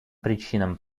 причинам